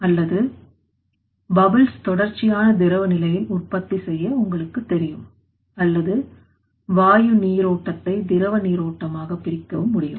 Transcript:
அல்லது பபுள்ஸ்தொடர்ச்சியான திரவ நிலையில் உற்பத்தி செய்ய உங்களுக்கு தெரியும் அல்லது வாயுநீரோட்டத்தை திரவ நீரோட்டமாக பிரிக்க முடியும்